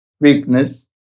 weakness